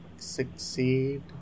succeed